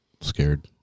scared